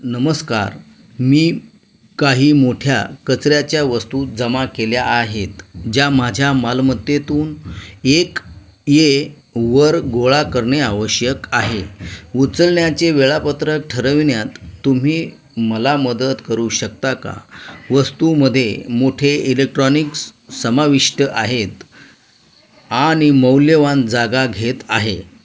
नमस्कार मी काही मोठ्या कचऱ्याच्या वस्तू जमा केल्या आहेत ज्या माझ्या मालमत्तेतून एक ये वर गोळा करणे आवश्यक आहे उचलण्याचे वेळापत्रक ठरविण्यात तुम्ही मला मदत करू शकता का वस्तूमध्ये मोठे इलेक्ट्रॉनिक्स समाविष्ट आहेत आणि मौल्यवान जागा घेत आहे